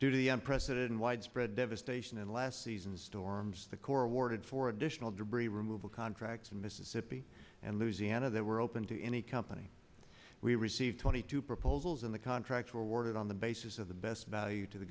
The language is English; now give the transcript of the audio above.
the president widespread devastation in last season's storms the corps awarded for additional debris removal contracts in mississippi and louisiana that were open to any company we received twenty two proposals in the contracts were awarded on the basis of the best value to the